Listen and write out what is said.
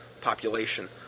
Population